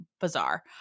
bizarre